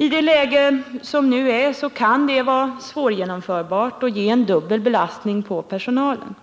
I rådande läge kan detta vara svårgenomförbart och ge en dubbel belastning på personalen.